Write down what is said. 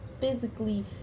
physically